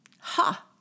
Ha